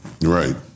Right